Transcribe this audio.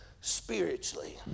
spiritually